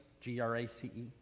G-R-A-C-E